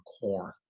corn